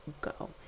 go